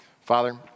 Father